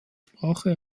sprache